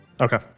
Okay